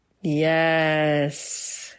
Yes